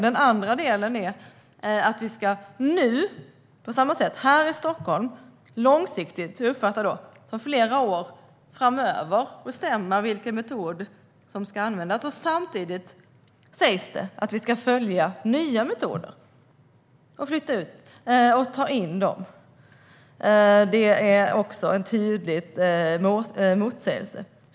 Den andra delen är att vi på samma sätt här i Stockholm för flera år framöver ska bestämma vilken metod som ska användas. Samtidigt sägs det att vi ska följa nya metoder och ta in dem. Det är också en tydlig motsägelse.